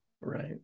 right